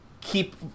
keep